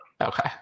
Okay